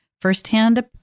firsthand